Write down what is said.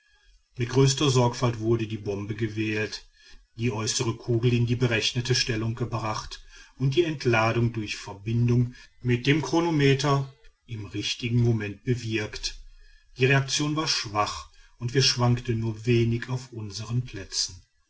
mit größter sorgfalt wurde die bombe gewählt die äußere kugel in die berechnete stellung gebracht und die entladung durch verbindung mit dem chronometer im richtigen moment bewirkt die reaktion war schwach und wir schwankten nur wenig auf unsern plätzen